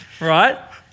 right